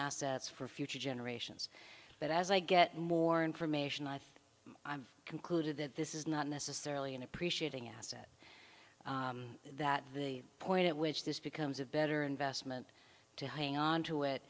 assets for future generations but as i get more information i think i'm concluded that this is not necessarily an appreciating asset that the point at which this becomes a better investment to hang onto it